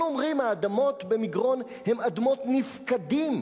אנחנו אומרים: האדמות במגרון הן אדמות נפקדים,